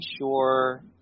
sure